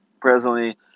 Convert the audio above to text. presently